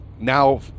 now